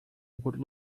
would